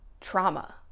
trauma